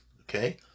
Okay